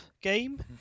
game